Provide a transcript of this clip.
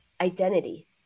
identity